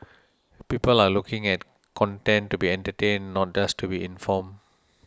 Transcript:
people are looking at content to be entertained not just to be informed